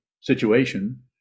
situation